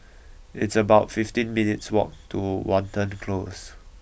it's about fifty minutes' walk to Watten Close